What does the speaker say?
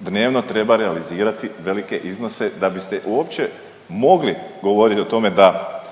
Dnevno treba realizirati velike iznose da bi se uopće mogli govoriti o tome da